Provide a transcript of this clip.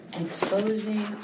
exposing